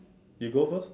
you go first